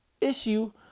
issue